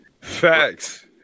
facts